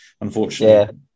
unfortunately